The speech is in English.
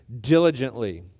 Diligently